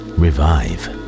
revive